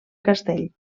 castell